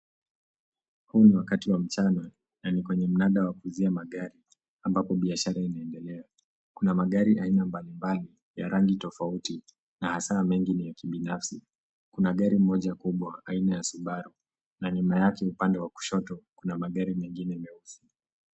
Huu ni wakati wa mchana na ni kwenye mnanda wa kuuzia magari ambapo biashara inaedelea. Kuna magari aina mbalimbali ya rangi tofauti na hasa mengi ni ya kibinafsi. Kuna gari moja kubwa aina ya Subaru na nyuma yake upande wa kushoto kuna magari mengine meusi.